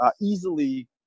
easily